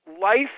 Life